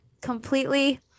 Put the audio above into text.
completely